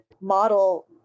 model